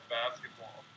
basketball